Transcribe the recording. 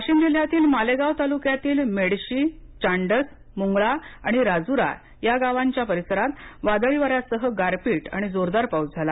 वाशीम जिल्ह्यातील मालेगाव तालुक्यातील मेडशी चांडस मुंगळा आणि राजुरा ह्या गावांच्या परिसरात वादळी वारा गारपिट आणि जोरदार पाऊस झाला